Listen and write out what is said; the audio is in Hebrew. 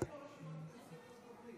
איך קושניר?